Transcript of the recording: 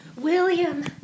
William